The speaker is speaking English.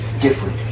different